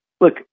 look